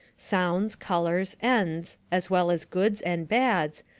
sounds, colors, ends, as well as goods and bads,